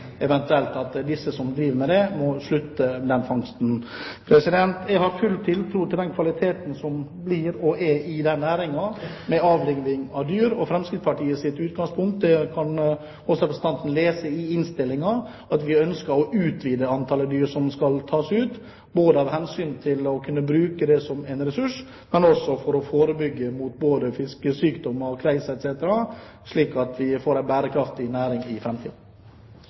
eventuelt vurdere at de som driver med det, må slutte med den fangsten. Jeg har full tiltro til kvaliteten i den næringen i forbindelse med avliving av dyr. Fremskrittspartiets utgangspunkt kan også representanten lese av innstillingen. Vi ønsker å utvide antallet dyr som skal tas ut, både for å kunne bruke det som en ressurs og for å forebygge fiskesykdommer, kveis etc., slik at vi får en bærekraftig næring i